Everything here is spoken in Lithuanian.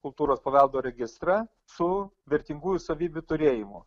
kultūros paveldo registrą su vertingųjų savybių turėjimu